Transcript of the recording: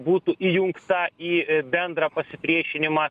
būtų įjungta į bendrą pasipriešinimą